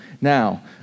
Now